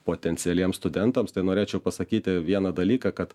potencialiems studentams tai norėčiau pasakyti vieną dalyką kad